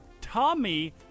Tommy